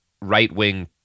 right-wing